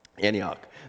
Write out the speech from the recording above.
Antioch